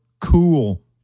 cool